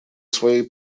своей